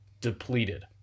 depleted